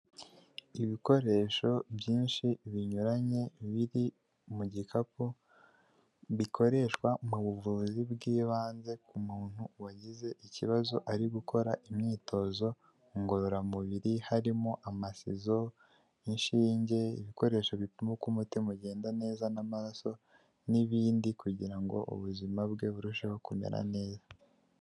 Ibikoresho byinshi binyuranye biri mu gikapu bikoreshwa mu buvuzi bw'ibanze ku muntu wagize ikibazo ari gukora imyitozo ngororamubiri, harimo amasizo, inshinge, bibikoresho bipi uko umutima ugenda neza n'amaraso n'ibindi kugira ngo ubuzima bwe burusheho kumera neza.